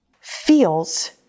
feels